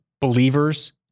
believers